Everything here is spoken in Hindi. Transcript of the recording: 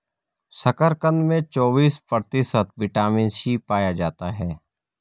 शकरकंद में चौबिस प्रतिशत विटामिन सी पाया जाता है